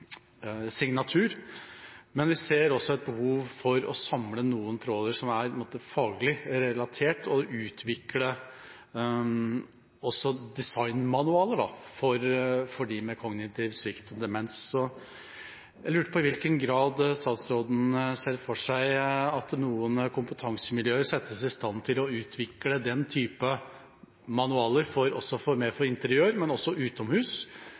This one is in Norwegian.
signatur. Men vi ser også et behov for å samle noen tråder som er faglig relatert, og utvikle designmanualer for dem med kognitiv svikt og demens. Jeg lurer på i hvilken grad statsråden ser for seg at noen kompetansemiljøer settes i stand til å utvikle den typen manualer – for interiør, men også utomhus – og bruke lys og andre virkemidler for å stimulere til ut